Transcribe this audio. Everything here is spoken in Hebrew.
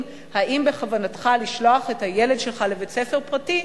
האם בכוונתך לשלוח את הילד שלך לבית-ספר פרטי,